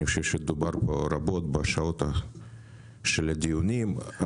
אני חושב שדיברנו רבות בשעות של הדיונים.